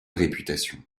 réputation